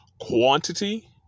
quantity